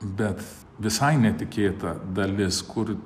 bet visai netikėta dalis kur